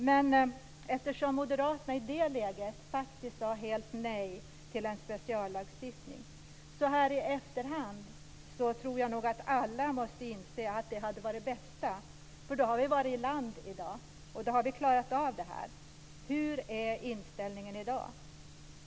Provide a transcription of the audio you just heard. Men moderaterna sade i det läget blankt nej till en speciallagstiftning. Så här i efterhand tror jag att alla inser att det hade varit det bästa, för då hade ärendet varit i hamn i dag. Hur är inställningen i dag?